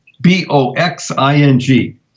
B-O-X-I-N-G